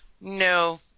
No